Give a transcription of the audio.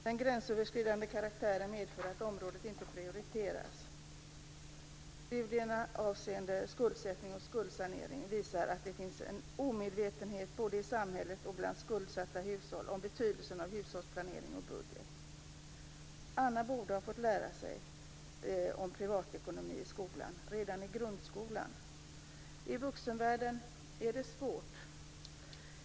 Den gränsöverskridande karaktären medför att området inte prioriteras. Studierna avseende skuldsättning och skuldsanering visar att det finns en omedvetenhet både i samhället och bland skuldsatta hushåll om betydelsen av hushållsplanering och budget. Anna borde ha fått lära sig privatekonomi i skolan, redan i grundskolan. I vuxenvärlden är det svårt.